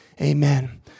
Amen